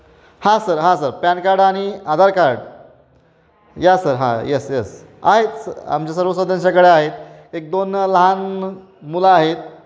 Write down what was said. हां सर हां sir PAN card आणि आधार कार्ड या सर हां येस येस आहेत स आमच्या सर्व स त्यांच्याकडे आहेत एक दोन लहान मुलं आहेत